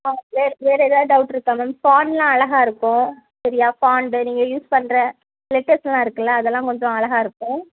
ஆ வேறு வேறு எதாவது டவுட் இருக்கா மேம் ஃபாண்ட் எல்லாம் அழகா இருக்கும் சரியா ஃபாண்டு நீங்கள் யூஸ் பண்ணுற லெட்டர்ஸ் எல்லாம் இருக்குல்ல அதெல்லாம் கொஞ்சம் அழகா இருக்கும்